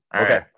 Okay